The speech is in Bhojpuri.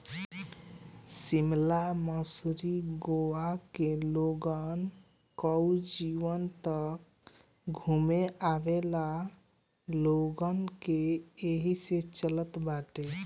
शिमला, मसूरी, गोवा के लोगन कअ जीवन तअ घूमे आवेवाला लोगन से ही चलत बाटे